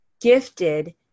gifted